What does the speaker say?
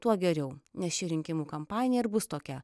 tuo geriau nes ši rinkimų kampanija ir bus tokia